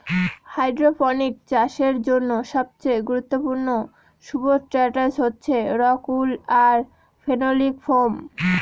hydroponics চাষের জন্য সবচেয়ে গুরুত্বপূর্ণ সুবস্ট্রাটাস হচ্ছে রক উল আর ফেনোলিক ফোম